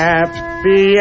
Happy